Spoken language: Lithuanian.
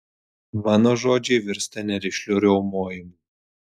mano žodžiai virsta nerišliu riaumojimu